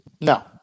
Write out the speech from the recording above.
No